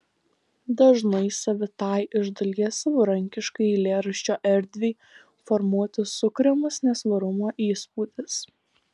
dažnai savitai iš dalies savarankiškai eilėraščio erdvei formuoti sukuriamas nesvarumo įspūdis